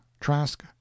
Trask